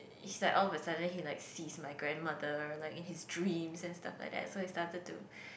he's like all the sudden he like sees my grandmother like in his dreams and all that then he started to